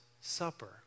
Supper